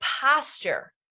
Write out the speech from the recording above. posture